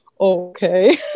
okay